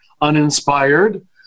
uninspired